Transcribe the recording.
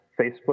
Facebook